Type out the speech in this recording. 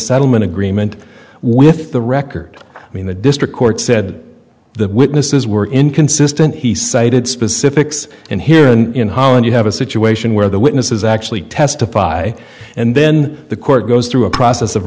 settlement agreement with the record i mean the district court said the witnesses were inconsistent he cited specifics and here in holland you have a situation where the witnesses actually testify and then the court goes through a process of